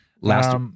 Last